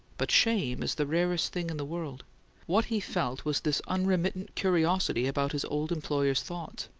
but shame is the rarest thing in the world what he felt was this unremittent curiosity about his old employer's thoughts.